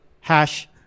hash